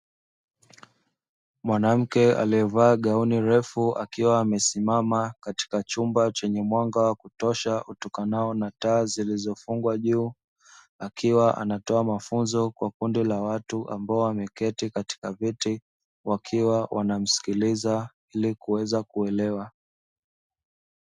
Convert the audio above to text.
Mwanamke aliyevaa gauni refu akiwa amesimama katika chumba chenye mwanga wa kutosha, utokanao na taa zilizofungwa juu akiwa anatoa mafunzo kwa kundi la watu ambao wameketi katika vyeti wakiwa wanamsikiliza ili kuweza kuelewa.